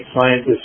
scientists